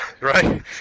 right